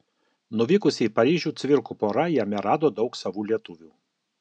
nuvykusi į paryžių cvirkų pora jame rado daug savų lietuvių